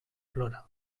plora